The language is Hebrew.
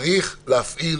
צריך להפעיל